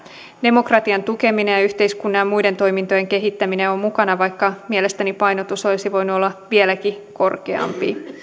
demokratian tukeminen ja yhteiskunnan muiden toimintojen kehittäminen ovat mukana vaikka mielestäni painotus olisi voinut olla vieläkin voimakkaampi